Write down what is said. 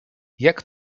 jak